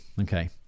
okay